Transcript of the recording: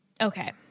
okay